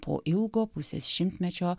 po ilgo pusės šimtmečio